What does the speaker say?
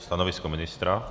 Stanovisko ministra?